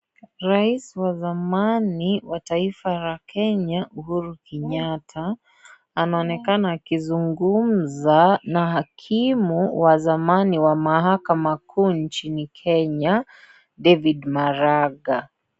Raisi wa zamani wa taifa la Kenya, Uhuru Kenyatta. Anaonekana akizungumza na hakimu wa zamani wa mahakama kuu nchini Kenya David Maraga.